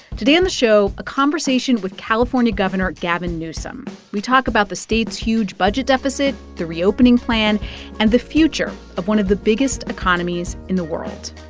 today on the show, a conversation with california governor gavin newsom. we talk about the state's huge budget deficit, the reopening plan and the future of one of the biggest economies in the world